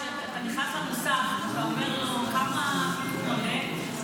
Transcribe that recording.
שאתה נכנס למוסכניק ואתה אומר לו: כמה זה עולה?